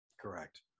Correct